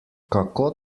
kako